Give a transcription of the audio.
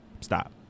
stop